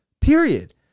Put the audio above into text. period